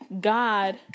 God